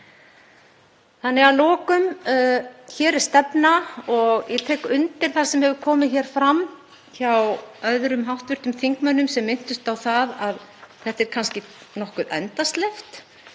að aðstoða. Hér er stefna og ég tek undir það sem hefur komið fram hjá öðrum hv. þingmönnum sem minntust á það að þetta er kannski nokkuð endasleppt.